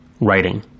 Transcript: writing